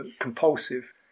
compulsive